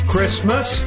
Christmas